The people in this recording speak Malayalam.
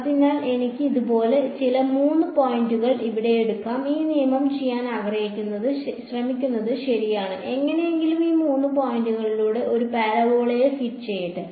അതിനാൽ എനിക്ക് ഇതുപോലുള്ള ചില മൂന്ന് പോയിന്റുകൾ ഇവിടെ എടുക്കാം ഈ നിയമം ചെയ്യാൻ ശ്രമിക്കുന്നത് ശരിയാണ് എങ്ങനെയെങ്കിലും ഈ മൂന്ന് പോയിന്റുകളിലൂടെ ഒരു പരാബോളയെ ഫിറ്റ് ചെയ്യട്ടെ